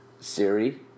Siri